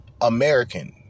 American